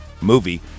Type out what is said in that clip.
movie